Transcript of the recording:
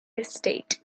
estate